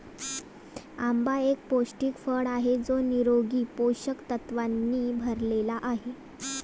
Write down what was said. आंबा एक पौष्टिक फळ आहे जो निरोगी पोषक तत्वांनी भरलेला आहे